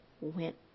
went